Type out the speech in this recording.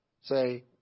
say